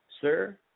sir